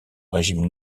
régime